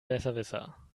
besserwisser